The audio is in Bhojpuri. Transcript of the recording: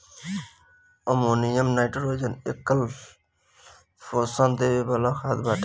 अमोनियम नाइट्रोजन एकल पोषण देवे वाला खाद बाटे